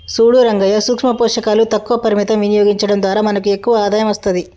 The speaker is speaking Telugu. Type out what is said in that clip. సూడు రంగయ్యా సూక్ష పోషకాలు తక్కువ పరిమితం వినియోగించడం ద్వారా మనకు ఎక్కువ ఆదాయం అస్తది